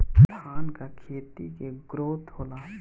धान का खेती के ग्रोथ होला?